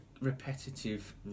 repetitive